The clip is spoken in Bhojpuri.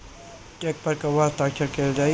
चेक पर कहवा हस्ताक्षर कैल जाइ?